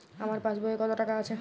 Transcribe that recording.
আমার পাসবই এ কত টাকা আছে?